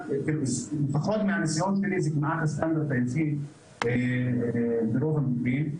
לפחות מהניסיון שלי זה כמעט הסטנדרט היציג ברוב המקרים.